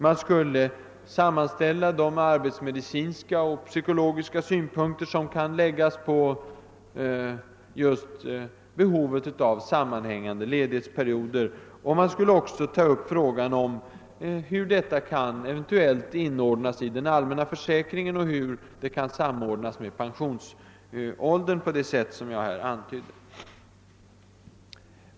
Man skulle sammanställa de arbetsmedicinska och psykologiska synpunkter som kan läggas på just behovet av sammanhängande ledighetsperioder, och man skulle även ta upp frågan om hur dessa eventuellt kan inordnas i den allmänna försäkringen och hur de skall samordnas med pensionsåldern.